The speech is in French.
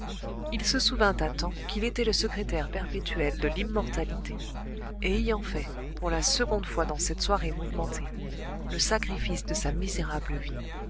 il se souvint à temps qu'il était le secrétaire perpétuel de l'immortalité et ayant fait pour la seconde fois dans cette soirée mouvementée le sacrifice de sa misérable vie